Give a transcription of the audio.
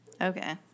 Okay